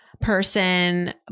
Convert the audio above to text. person